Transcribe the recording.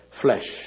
flesh